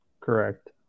Correct